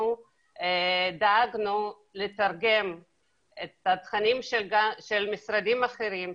דאגנו לתרגם את התכנים של משרדים אחרים,